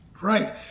Right